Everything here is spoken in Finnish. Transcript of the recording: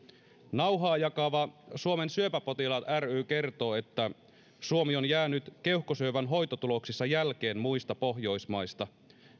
nauhaa jakava suomen syöpäpotilaat ry kertoo että suomi on jäänyt keuhkosyövän hoitotuloksissa jälkeen muista pohjoismaista